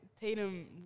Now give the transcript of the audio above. Tatum